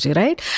right